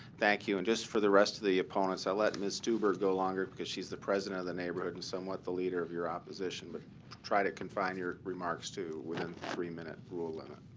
thank you. and just for the rest of the opponents i let miss stuberg go longer because she is the president of the neighborhood and somewhat the leader of your opposition. but try to confine your remarks to within three minute rule limit.